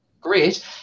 great